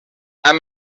amb